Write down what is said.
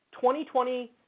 2020